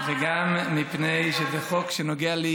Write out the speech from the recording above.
גם מפני שזה החוק הראשון שלי שעובר בקריאה שנייה